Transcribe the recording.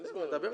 אין זמן לממשלה.